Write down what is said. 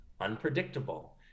unpredictable